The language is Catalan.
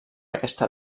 aquesta